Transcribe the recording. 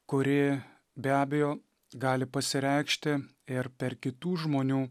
kuri be abejo gali pasireikšti ir per kitų žmonių